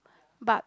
but